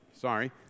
Sorry